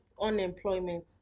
unemployment